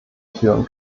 führen